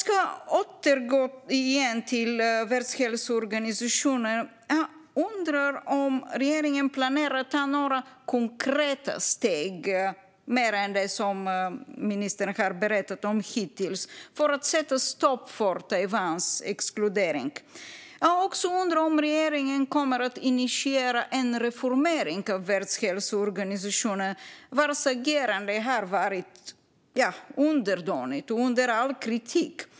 Jag återgår till Världshälsoorganisationen. Jag undrar om regeringen planerar att ta några konkreta steg, mer än det som ministern har berättat om hittills, för att sätta stopp för Taiwans exkludering. Jag undrar också om regeringen kommer att initiera en reformering av Världshälsoorganisationen, vars agerande har varit underdånigt och under all kritik.